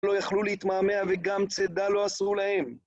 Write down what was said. לא יכלו להתמהמה וגם צידה לא עשו להם